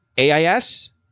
AIS